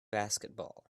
basketball